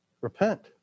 Repent